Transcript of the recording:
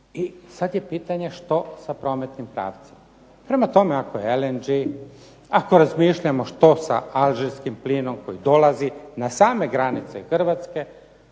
I sad je pitanje što sa prometnim pravcem? Prema tome, ako je LNG, ako razmišljamo što sa alžirskim plinom koji dolazi na same granice Hrvatske,